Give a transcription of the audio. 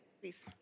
Please